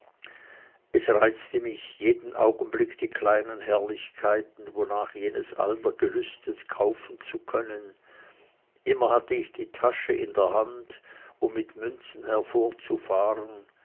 es reizte mich jeden augenblick die kleinen herrlichkeiten wonach jedes alter gelüstet kaufen zu können immer hatte ich die hand in der tasche um mit münzen